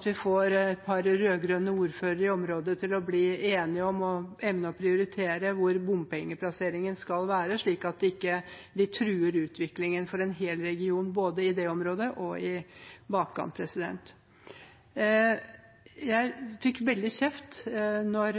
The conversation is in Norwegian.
vi får et par rød-grønne ordførere i området til å bli enige om å evne å prioritere hvor bompengeplasseringen skal være, slik at de ikke truer utviklingen for en hel region, både i det området og i bakkant. Da